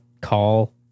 call